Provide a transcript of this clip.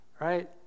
right